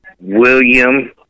William